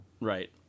Right